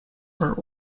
were